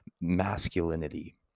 masculinity